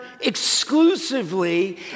exclusively